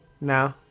No